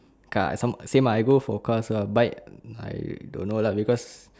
car some same ah I go for cars lah bikes I don't know lah because